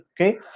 okay